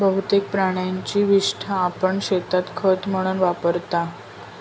बहुतेक प्राण्यांची विस्टा आपण शेतात खत म्हणून वापरतो